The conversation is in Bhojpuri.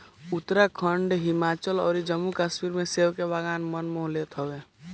उत्तराखंड, हिमाचल अउरी जम्मू कश्मीर के सेब के बगान मन मोह लेत हवे